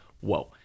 whoa